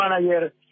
manager